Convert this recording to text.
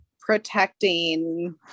protecting